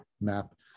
map